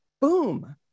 boom